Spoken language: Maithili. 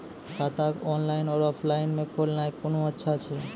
खाता ऑनलाइन और ऑफलाइन म खोलवाय कुन अच्छा छै?